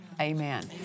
Amen